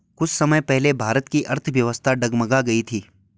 कुछ समय पहले भारत की अर्थव्यवस्था डगमगा गयी थी